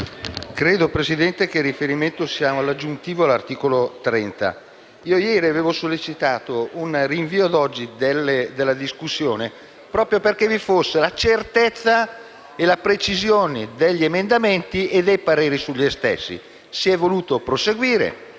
Signor Presidente, credo che il riferimento sia a un emendamento aggiuntivo all'articolo 30. Ieri avevo sollecitato un rinvio ad oggi della discussione, proprio perché vi fosse la certezza e la precisione degli emendamenti e dei pareri sugli stessi. Si è voluto proseguire